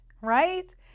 right